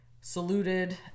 saluted